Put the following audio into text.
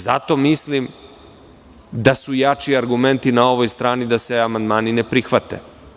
Zato mislim da su jači argumenti na ovoj strani da se amandmani ne prihvate.